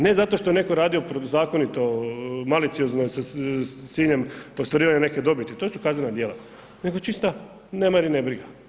Ne zato što je netko radio protuzakonito, maliciozno i sa ciljem ostvarivanja neke dobiti, to su kaznena djela nego čista nemar i ne briga.